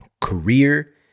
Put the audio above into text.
Career